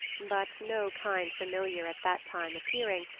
but no kind familiar at that time appearing,